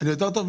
אני יותר טוב?